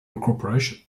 incorporation